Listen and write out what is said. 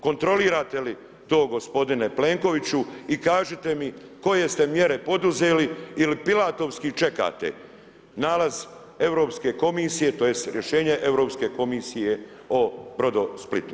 Kontrolirate li to gospodine Plenkoviću i kažite mi koje ste mjere poduzeli ili pilatovski čekate nalaz Europske komisije, tj. rješenje Europske komisije o Brodosplitu.